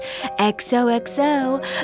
XOXO